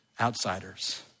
Outsiders